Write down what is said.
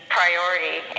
priority